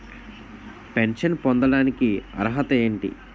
Pension పొందడానికి అర్హత ఏంటి?